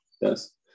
Yes